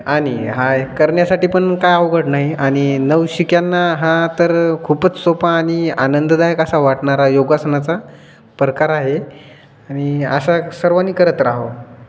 आणि हा करण्यासाठी पण काय अवघड नाही आणि नवशिक्यांना हा तर खूपच सोपा आणि आनंददायक असा वाटणारा हा योगासनाचा प्रकार आहे आणि असा सर्वांनी करत राहावं